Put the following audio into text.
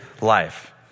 life